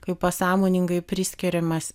kai pasąmoningai priskiriamas